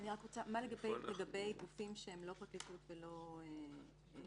--- מה לגבי גופים שהם לא פרקליטות ולא משטרה?